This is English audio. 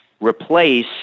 replace